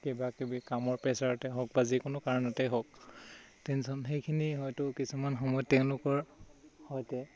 কিবা কিবি কামৰ প্ৰেছাৰতে হওক বা যিকোনো কাৰণতে হওক টেনচন সেইখিনি হয়তো কিছুমান সময়ত তেওঁলোকৰ সৈতে